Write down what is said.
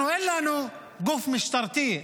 אנחנו, אין לנו גוף משטרתי.